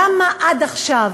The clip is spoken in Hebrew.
למה עד עכשיו,